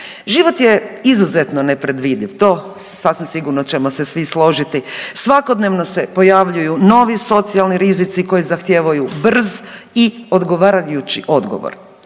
Život je izuzetno nepredvidiv, to sasvim sigurno ćemo se svi složiti. Svakodnevno se pojavljuju novi socijalni rizici koji zahtijevaju brz i odgovarajući odgovor.